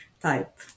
type